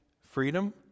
freedom